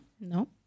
No